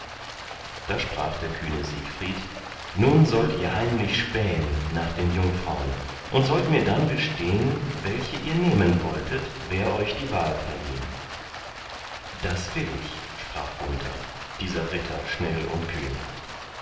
da sprach der kühne siegfried nun sollt ihr heimlich spähn nach den jungfrauen und sollt mir dann gestehn welche ihr nehmen wolltet wär euch die wahl verliehn das will ich sprach gunther dieser ritter schnell und kühn